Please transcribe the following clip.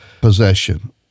possession